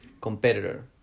competitor